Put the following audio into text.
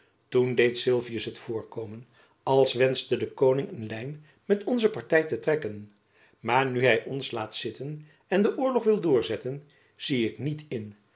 toen deed sylvius het voorkomen als wenschte de koning eene lijn met onze party te trekken maar nu hy ons laat zitten en den oorlog wil doorzetten zie ik niet in